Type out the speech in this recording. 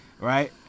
right